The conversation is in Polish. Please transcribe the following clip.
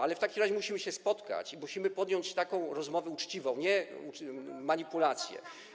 ale w takim razie musimy się spotkać i musimy podjąć taką rozmowę uczciwą, nie manipulację.